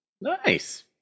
Nice